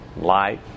light